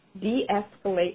de-escalate